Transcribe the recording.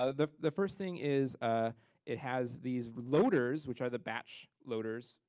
ah the the first thing is ah it has these loaders which are the batch loaders,